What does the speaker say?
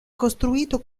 costruito